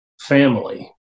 family